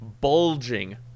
bulging